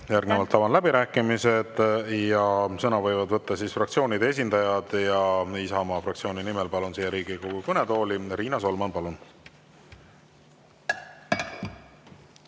Järgnevalt avan läbirääkimised ja sõna võivad võtta fraktsioonide esindajad. Isamaa fraktsiooni nimel palun siia Riigikogu kõnetooli Riina Solmani. Palun!